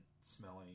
smelling